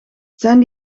zijn